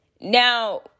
now